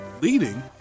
Leading